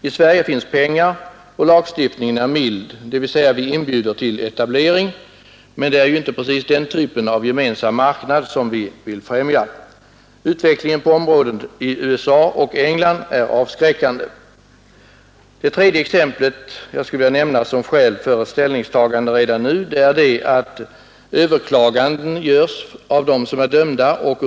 — I Sverige finns pengar, och lagstiftningen är mild, dvs. vi inbjuder till etablering. Men det är ju inte precis den typen av gemensam marknad som vi vill främja! Utvecklingen på området i USA och England är avskräckande.